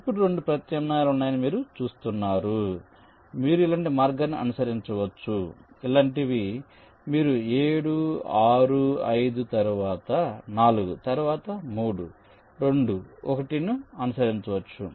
ఇప్పుడు 2 ప్రత్యామ్నాయాలు ఉన్నాయని మీరు చూస్తున్నారు మీరు ఇలాంటి మార్గాన్ని అనుసరించవచ్చు ఇలాంటివి మీరు 7 6 5 తరువాత 4 తరువాత 3 2 1 ను అనుసరించవచ్చు